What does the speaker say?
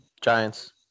Giants